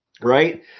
right